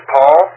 Paul